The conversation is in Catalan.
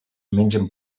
mengen